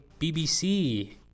BBC